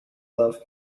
love